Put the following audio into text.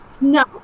No